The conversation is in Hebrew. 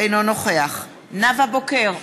אינו נוכח נאוה בוקר,